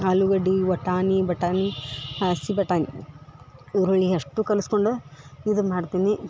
ಆಲುಗಡ್ಡಿ ವಟಾಣಿ ಬಟಾಣಿ ಹಸಿ ಬಟಾಣಿ ಈರುಳ್ಳಿ ಅಷ್ಟು ಕಲ್ಸ್ಕೊಂಡು ಇದು ಮಾಡ್ತೀನಿ